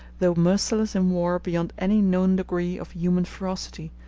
though merciless in war beyond any known degree of human ferocity,